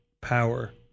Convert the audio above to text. power